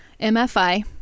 MFI